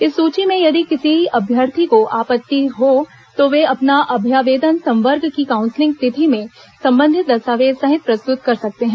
इस सूची में यदि किसी अभ्यर्थी को आपत्ति हो तो वे अपना अभ्यावेदन संवर्ग की काऊंसिलिंग तिथि में संबंधित दस्तावेज सहित प्रस्तुत कर सकते है